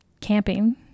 camping